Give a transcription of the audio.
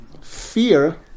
Fear